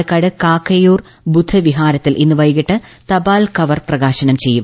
പാലക്കാട് കാക്കയൂർ ബുദ്ധവിഹാരത്തിൽ ഇന്ന് വൈകിട്ട് തപാൽ കവർ പ്രകാശനം ചെയ്യും